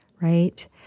right